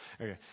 okay